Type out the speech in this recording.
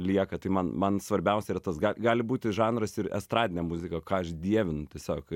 lieka tai man man svarbiausia yra tas gal gali būti žanras ir estradinė muzika ką aš dievinu tiesiog